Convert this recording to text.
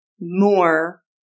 more